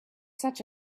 such